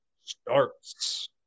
starts